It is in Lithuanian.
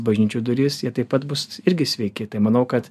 bažnyčių duris jie taip pat bus irgi sveiki tai manau kad